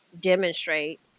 Demonstrate